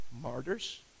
Martyrs